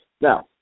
Now